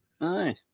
aye